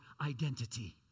identity